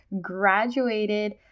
graduated